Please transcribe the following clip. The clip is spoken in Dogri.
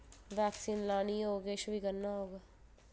वैक्सीन लानी होग किश बी करना होग